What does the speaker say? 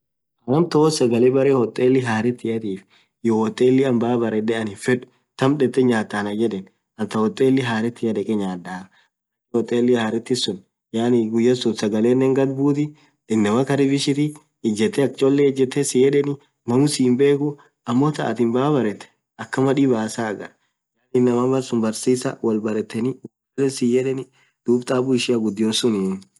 Anna amtaan woo sagale berre hottelli harrethiatif iyyo hoteli anin bayya baredhe anin fedhu thamm dhethee nyathaa Annan yedhe anin thaa hottelli harrethia dhege nyadhaa (sababu) hottelli hareti suun yaani guyya ssuun sagalenen ghadh bhuthi inamaa karibishiti ijethee akha cholee ijethaa si yedheni nammu si hinmbekhu ammo thaa athi baaa barrethe akkama dhibhaa saa aghar yaani inamaa malsun barsisa wolbaretheni woom fedhen siyedhenidhub taaabu ishian ghudion suunni